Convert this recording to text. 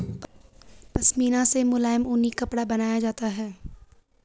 पशमीना से मुलायम ऊनी कपड़ा बनाया जाता है